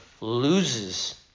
loses